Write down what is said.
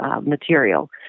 material